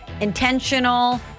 intentional